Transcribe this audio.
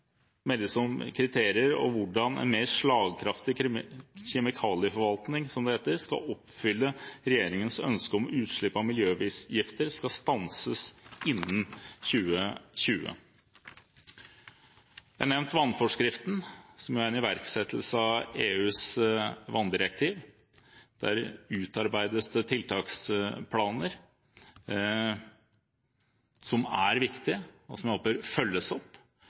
kriterier og om hvordan «en mer slagkraftig kjemikalieforvaltning», som det heter, skal oppfylle regjeringens ønske om at utslipp av miljøgifter skal stanses innen 2020. Jeg har nevnt vannforskriften, som er en iverksettelse av EUs vanndirektiv. Der utarbeides det tiltaksplaner som er viktige, og som jeg håper følges opp.